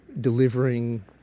delivering